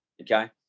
okay